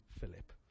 Philip